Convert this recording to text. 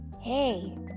hey